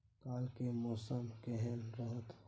काल के मौसम केहन रहत?